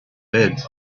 bed